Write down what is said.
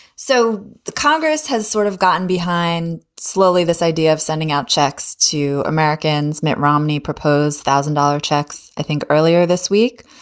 so the congress has sort of gotten behind slowly this idea of sending out checks to americans mitt romney proposed thousand dollar checks, i think earlier this week.